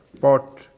Pot